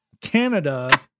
Canada